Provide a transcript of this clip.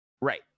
Right